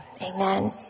amen